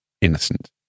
innocent